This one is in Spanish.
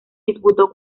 disputó